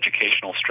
educational